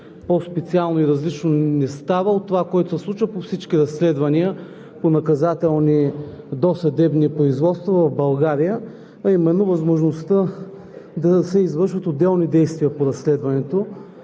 по-специално и различно не става от това, което се случва по всички разследвания по наказателни досъдебни производства в България, а именно възможността да се извършват отделни действия по разследването,